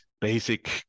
basic